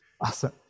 Awesome